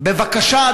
בבקשה,